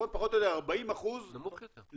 פחות או יותר --- נמוך יותר.